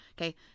okay